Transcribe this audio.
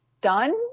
done